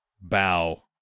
bow